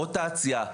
רוטציה,